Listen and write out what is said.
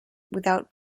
without